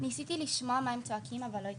ניסיתי לשמוע מה הם צועקים אבל לא הצלחנו.